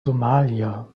somalia